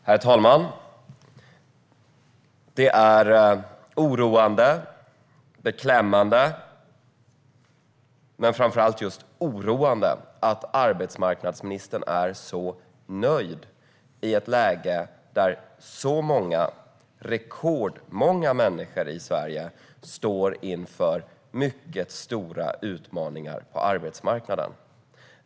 Herr talman! Det är oroande och beklämmande, framför allt just oroande, att arbetsmarknadsministern är så nöjd i ett läge där rekordmånga människor i Sverige står inför mycket stora utmaningar på arbetsmarknaden.